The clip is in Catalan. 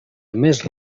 més